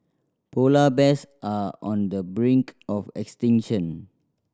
polar bears are on the brink of extinction